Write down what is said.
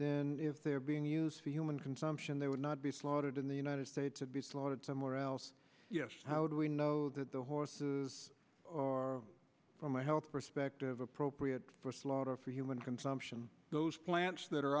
then if they're being used for human consumption they would not be slaughtered in the united states to be slaughtered somewhere else yes how do we know that the horses or from a health perspective appropriate slaughter for human consumption those plants that are